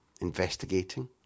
investigating